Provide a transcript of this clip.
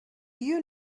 you